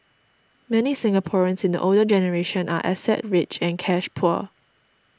many Singaporeans in the older generation are asset rich and cash poor